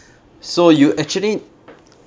so you actually